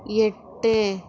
எட்டு